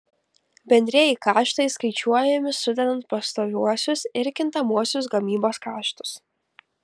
bendrieji kaštai skaičiuojami sudedant pastoviuosius ir kintamuosius gamybos kaštus